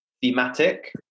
thematic